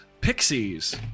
Pixies